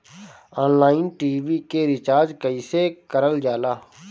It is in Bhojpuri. ऑनलाइन टी.वी के रिचार्ज कईसे करल जाला?